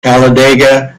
talladega